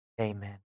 Amen